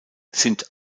sind